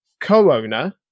co-owner